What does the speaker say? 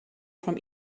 from